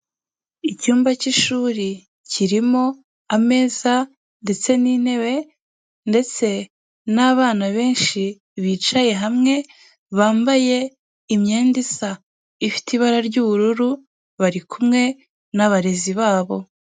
Icyumba cy'ishuri kirimo ameza ndetse n'intebe ndetse n'abana benshi bicaye hamwe, bambaye imyenda isa ifite ibara ry'ubururu, bari kumwe n'abarezi babo.